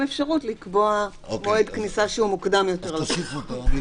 אפשרות לקבוע מועד כניסה שהוא מוקדם יותר לפרסום.